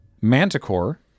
manticore